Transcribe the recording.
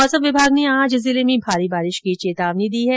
मौसम विभाग ने आज जिले में भारी बारिश की चेतावनी दी है